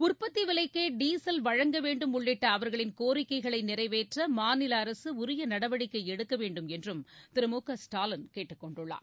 உற்பத்தி விலைக்கே டீசல் வழங்கவேண்டும் உள்ளிட்ட அவர்களின் கோரிக்கைகளை நிறைவேற்ற மாநில அரசு உரிய நடவடிக்கை எடுக்க வேண்டும் என்று திரு மு க ஸ்டாலின் கேட்டுக்கொண்டுள்ளார்